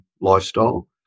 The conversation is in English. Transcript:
lifestyle